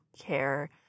care